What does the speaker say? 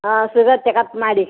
ಹಾಂ sugar checkup ಮಾಡಿ